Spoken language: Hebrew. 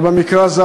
ובמקרה הזה,